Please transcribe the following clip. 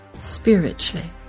spiritually